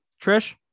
Trish